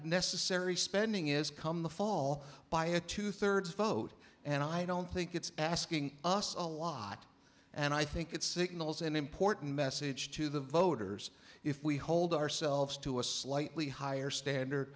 necessary spending is come the fall by a two thirds vote and i don't think it's asking us a lot and i think it signals an important message to the voters if we hold ourselves to a slightly higher standard